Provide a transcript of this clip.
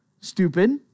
stupid